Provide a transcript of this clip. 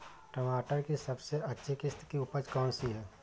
टमाटर की सबसे अच्छी किश्त की उपज कौन सी है?